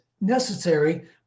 necessary